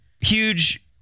Huge